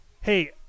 Hey